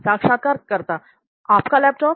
साक्षात्कारकर्ता आपका लैपटॉप